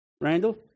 Randall